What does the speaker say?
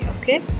okay